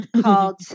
called